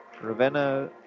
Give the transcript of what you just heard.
Ravenna